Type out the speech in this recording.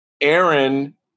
Aaron